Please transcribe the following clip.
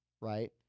right